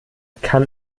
kann